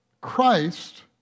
Christ